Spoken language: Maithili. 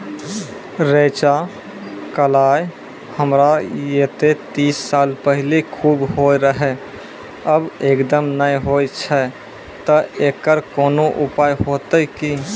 रेचा, कलाय हमरा येते तीस साल पहले खूब होय रहें, अब एकदम नैय होय छैय तऽ एकरऽ कोनो उपाय हेते कि?